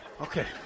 okay